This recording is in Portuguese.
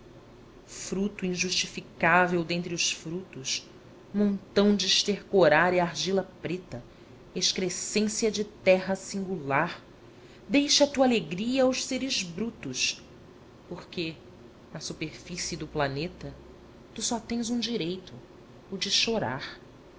fruto injustificável dentre os frutos montão de